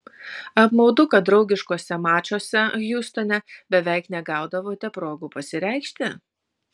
apmaudu kad draugiškuose mačuose hjustone beveik negaudavote progų pasireikšti